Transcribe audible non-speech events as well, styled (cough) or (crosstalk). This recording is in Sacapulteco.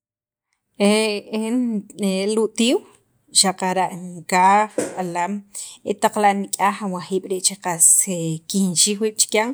(hesitation) el utiiw xaqara' jun kaj (noise) b'alaam e taq la' nik'yaj awajiib' rii' che qas (hesitation) kinxij wiib' chikyan,